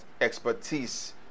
expertise